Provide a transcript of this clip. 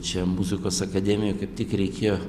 čia muzikos akademijoj kaip tik reikėjo